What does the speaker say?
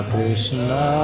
Krishna